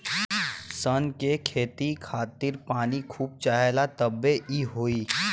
सन के खेती खातिर पानी खूब चाहेला तबे इ होई